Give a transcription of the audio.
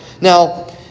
Now